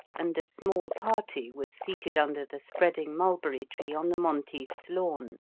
and a small party was seated under the spreading mulberry tree on the monteiths' lawn.